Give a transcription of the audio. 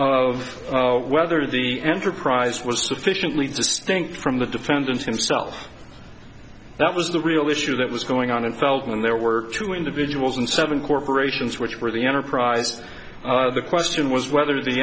of whether the enterprise was sufficiently to stink from the defendant himself that was the real issue that was going on and felt when there were two individuals and seven corporations which were the enterprise the question was whether the